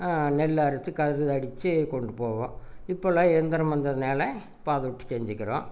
நெல் அறுத்து கதிர் அடித்து கொண்டு போவோம் இப்போலாம் எந்திரம் வந்ததுனால் இப்போ அதை வச்சு செஞ்சுக்கிறோம்